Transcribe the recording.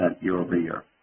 year-over-year